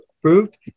approved